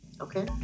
okay